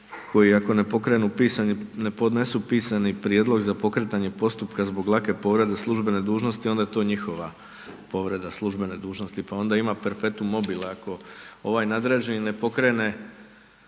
koji ako ne pokrenu pisani, ne podnesu pisani prijedlog za pokretanje postupka zbog lake povrede službene dužnosti, onda je to njihova povreda službene dužnosti, pa onda ima perpetum mobile ako ovaj nadređeni ne pokrene